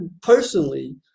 personally